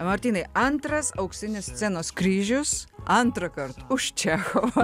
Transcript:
martynai antras auksinis scenos kryžius antrąkart už čechovą